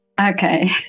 Okay